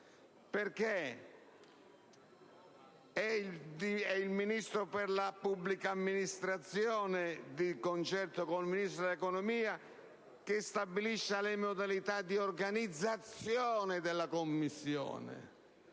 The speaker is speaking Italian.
perché è il Ministro per la pubblica amministrazione, di concerto con il Ministro dell'economia, che stabilisce le modalità di organizzazione della commissione